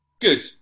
Good